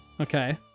Okay